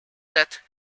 set